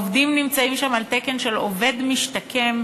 העובדים נמצאים שם על תקן של עובד משתקם,